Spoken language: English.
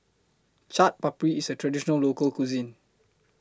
Chaat Papri IS A Traditional Local Cuisine